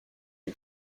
des